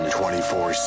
24